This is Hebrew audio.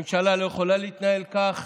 ממשלה לא יכולה להתנהל כך